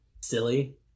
silly